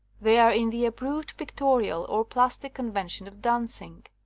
they are in the approved pictorial, or plastic, con vention of dancing.